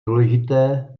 důležité